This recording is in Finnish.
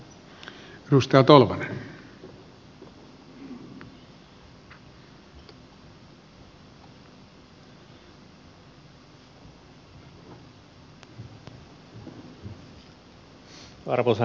arvoisa herra puhemies